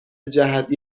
جهت